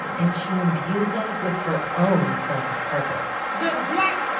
and she imbued them with her own sense of purpose the black